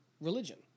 religion